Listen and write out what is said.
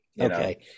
Okay